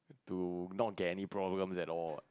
to not get any problem at all